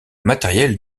matériel